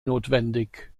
notwendig